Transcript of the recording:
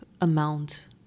amount